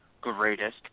greatest